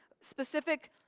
specific